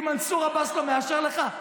כי מנסור עבאס לא מאפשר לך?